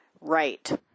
right